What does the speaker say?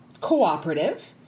cooperative